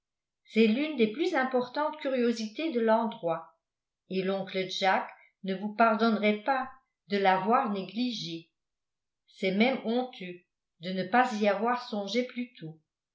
c'est l'une des plus importantes curiosités de l'endroit et l'oncle jack ne vous pardonnerait pas de l'avoir négligée c'est même honteux de ne pas y avoir songé plus tôt